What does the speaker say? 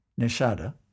Nishada